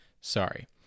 Sorry